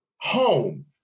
home